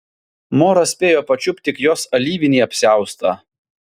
moras spėjo pačiupt tik jos alyvinį apsiaustą